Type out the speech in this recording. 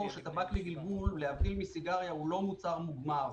שטבק לגלגול, להבדיל מסיגריה, הוא לא מוצר מוגמר.